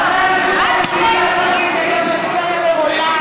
חברי הליכוד האמיתיים לא היו מצביעים נגד הפריפריה לעולם.